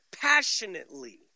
passionately